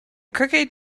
crooked